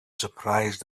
surprised